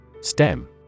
STEM